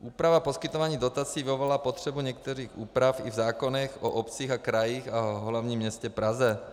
Úprava poskytování dotací vyvolala potřebu některých úprav i v zákonech o obcích a krajích a o hlavním městě Praze.